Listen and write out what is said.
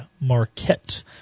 Marquette